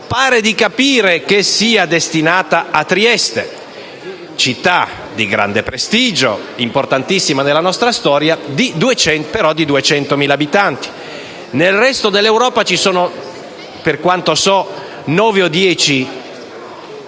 Pare di capire che sia destinata a Trieste, città di grande prestigio, importantissima nella nostra storia, però di 200.000 abitanti. Nel resto d'Europa, che io sappia, ci sono nove o dieci